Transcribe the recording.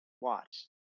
watch